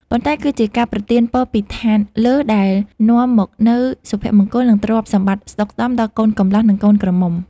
ប៉ុន្តែគឺជាការប្រទានពរពីឋានលើដែលនាំមកនូវសុភមង្គល និងទ្រព្យសម្បត្តិស្តុកស្តម្ភដល់កូនកំលោះ និងកូនក្រមុំ។